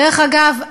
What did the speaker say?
דרך אגב,